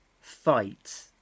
fight